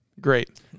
Great